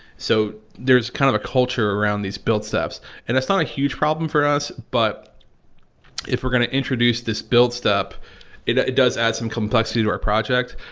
so, there is kind of culture around these build steps and that's not a huge problem for us but if we are going to introduce this build step it does add some complexity to our project.